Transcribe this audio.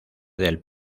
del